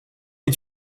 est